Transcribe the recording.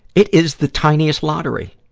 it is the tiniest lottery.